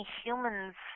humans